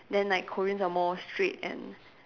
then like Koreans are more straight and